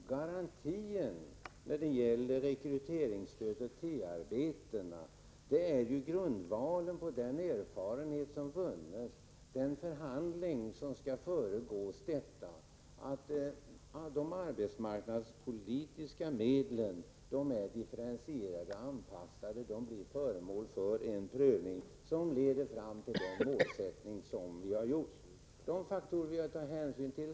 Garantin när det gäller rekryteringsstödet och förslaget beträffande T 1-arbetena är åtgärder grundade på de erfarenheter som vunnits. De arbetsmarknadspolitiska medlen är differentierade och anpassade och blir föremål för en prövning som i detta fall lett fram till den målsättning vi angivit. Det är många faktorer att ta hänsyn till.